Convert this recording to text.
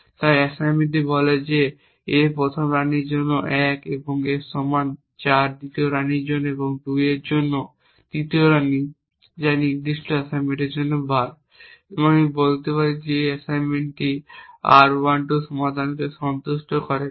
তাই এই অ্যাসাইনমেন্টটি বলে যে a প্রথম রানীর জন্য 1 এর সমান 4 দ্বিতীয় রানীর জন্য এবং 2 এর জন্য তৃতীয় রানী যা এই নির্দিষ্ট অ্যাসাইনমেন্টের জন্য একটি বার এবং আমি বলতে পারি যে এই অ্যাসাইনমেন্টটি R 1 2 সমাধানকে সন্তুষ্ট করে কেন